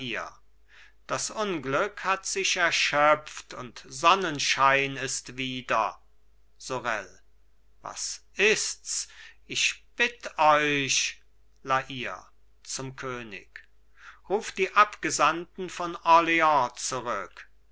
das unglück hat sich erschöpft und sonnenschein ist wieder sorel was ists ich bitt euch la hire zum könig ruf die abgesandten von orleans zurück